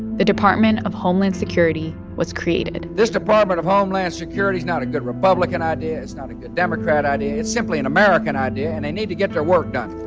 the department of homeland security was created this department of homeland security is not a good republican idea. it's not a good democrat idea. it's simply an american idea, and they need to get their work done